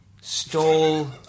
Stole